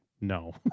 no